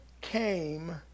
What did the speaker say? came